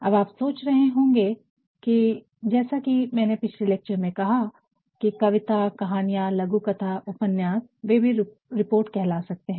अब आप सोच रहे होंगे जैसा की मैंने पिछले लेक्चर में कहा कि कविता कहानियां लघु कथा उपन्यास वे भी रिपोर्ट कहला सकते है